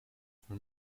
for